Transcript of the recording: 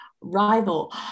rival